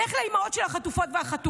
לך לאימהות של החטופות והחטופים,